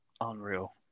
Unreal